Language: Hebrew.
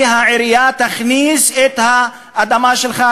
והעירייה תכניס את האדמה שלך,